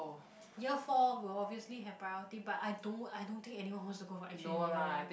year four will obviously have priority but I don't I don't think anyone wants to go for exchange that year ah